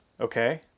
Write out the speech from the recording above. Okay